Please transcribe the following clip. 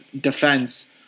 defense